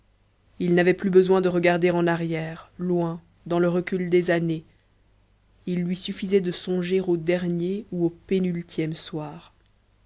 il n'avait plus besoin de regarder en arrière loin dans le recul des années il lui suffisait de songer au dernier ou au pénultième soir